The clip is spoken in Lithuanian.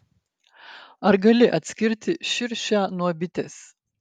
ar gali atskirti širšę nuo bitės